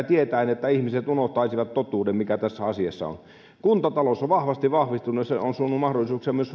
tietäen että ihmiset unohtaisivat totuuden mikä tässä asiassa on kuntatalous on vahvasti vahvistunut ja se on suonut mahdollisuuksia myös